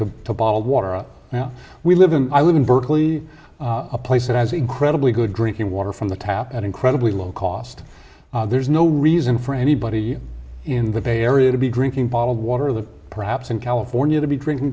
to bottled water now we live in i live in berkeley a place that has incredibly good drinking water from the tap at incredibly low cost there's no reason for anybody in the bay area to be drinking bottled water the perhaps in california to be drinking